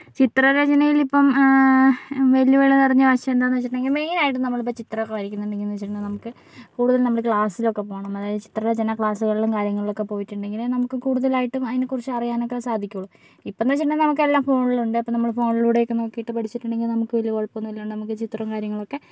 ചിത്രരചനയില് ഇപ്പോ വെല്ലുവിളി നിറഞ്ഞ വശം എന്തെന്ന് വച്ചിട്ടുണ്ടെങ്കില് മെയിന് ആയിട്ടും നമ്മളിപ്പൊ ചിത്രം ഒക്കെ വരയ്ക്കുന്നുണെങ്കിലെന്നുവെച്ചിട്ടുണ്ടെങ്കിൽ നമുക്ക് കൂടുതല് നമ്മള് ക്ലാസ്സിലൊക്കെ പോവണം അതായത് ചിത്രരചന ക്ലാസ്സുകളിലും കാര്യങ്ങളിലും ഒക്കെ പോയിട്ടുണ്ടെങ്കില് നമുക്ക് കൂടുതലായിട്ടും അതിനെ കുറിച്ച് അറിയാനൊക്കെ സാധിക്കുകയുള്ളൂ ഇപ്പോൾ എന്ന് വച്ചിട്ടുണ്ടെങ്കില് നമുക്ക് എല്ലാം ഫോണിലുണ്ട് അപ്പൊ നമ്മള് ഫോണിലൂടെ ഒക്കെ നോക്കീട്ടു പഠിച്ചിട്ടുണ്ടെങ്കില് നമുക്ക് വലിയ കുഴപ്പം ഒന്നുമില്ലാണ്ട് നമുക്ക് ചിത്രവും കാര്യങ്ങളും ഒക്കെ